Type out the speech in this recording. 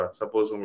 suppose